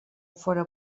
fóra